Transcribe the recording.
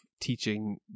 teaching